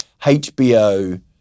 hbo